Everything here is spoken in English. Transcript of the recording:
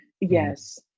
yes